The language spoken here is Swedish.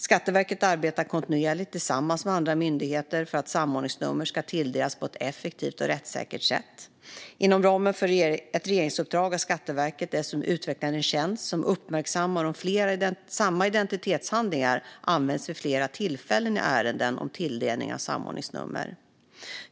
Skatteverket arbetar kontinuerligt tillsammans med andra myndigheter för att samordningsnummer ska tilldelas på ett effektivt och rättssäkert sätt. Inom ramen för ett regeringsuppdrag har Skatteverket dessutom utvecklat en tjänst som uppmärksammar om samma identitetshandling används vid flera tillfällen i ärenden om tilldelning av samordningsnummer.